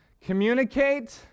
Communicate